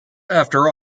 after